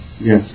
Yes